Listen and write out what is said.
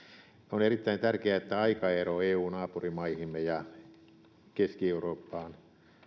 on erittäin tärkeää että aikaero eu naapurimaihimme ja keski eurooppaan